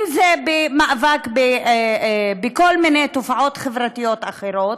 אם זה במאבק בכל מיני תופעות חברתיות אחרות,